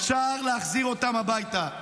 אפשר להחזיר אותם הביתה.